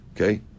Okay